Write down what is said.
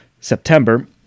September